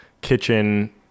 kitchen